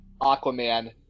Aquaman